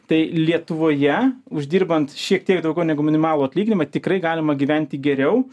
tai lietuvoje uždirbant šiek tiek daugiau negu minimalų atlyginimą tikrai galima gyventi geriau